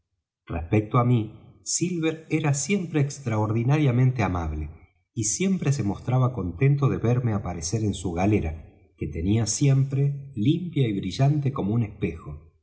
respecto á mí silver era siempre extraordinariamente amable y siempre se mostraba contento de verme aparecer en su galera que tenía siempre limpia y brillante como un espejo